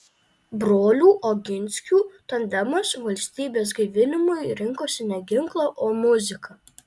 brolių oginskių tandemas valstybės gaivinimui rinkosi ne ginklą o muziką